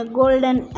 golden